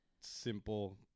simple